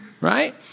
right